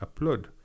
upload